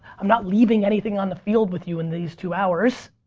i'm not leaving anything on the field with you in these two hours.